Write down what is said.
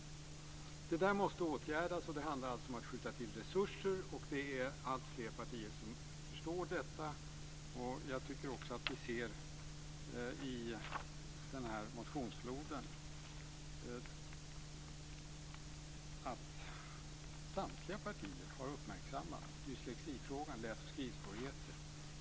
Det där måste åtgärdas, och det handlar alltså om att skjuta till resurser. Det är alltfler partier som förstår detta, och jag tycker också att vi ser i den här motionsfloden att samtliga partier har uppmärksammat dyslexifrågan, läs-och skrivsvårigheter.